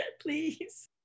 Please